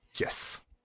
Yes